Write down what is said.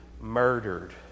murdered